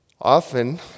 Often